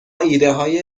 ایدههای